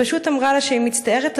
ופשוט אמרה לה שהיא מצטערת,